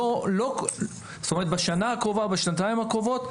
בשנה-שנתיים הקרובות,